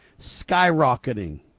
Skyrocketing